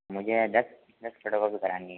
मुझे दस दस फोटोकॉपी करानी है